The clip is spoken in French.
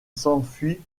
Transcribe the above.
s’enfuit